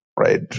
right